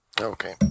Okay